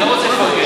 אני גם רוצה לפרגן.